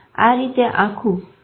આ રીતે આખું પોલીસોમનોગ્રાફ દેખાય છે